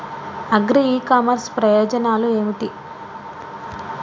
Agri e commerce ప్రయోజనాలు ఏమిటి?